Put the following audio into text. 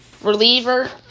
Reliever